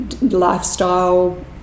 lifestyle